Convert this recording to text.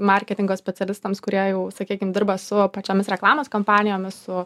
marketingo specialistams kurie jau sakykim dirba su pačiomis reklamos kompanijomis su